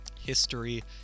history